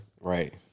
Right